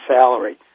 salary